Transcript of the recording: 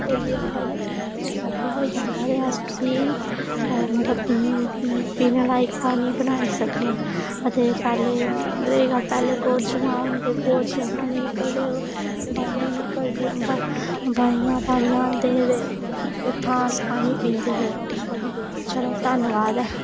होई बी जंदा इ'यां सोभाग्य हो जंदा ते अस उसी मतलब पीने लाइक पानी बनाई सकने अते पैह्लें रेही गल्ल पैह्लें कोरजुआं होंदे कोरजू पानी निकलदे ओह् बाइयां निकलदियां ओह् बाइयां पानी आह्नदे ते उत्थुआं अस पानी पींदे हे अच्छा लगदा हा धन्नवाद ऐ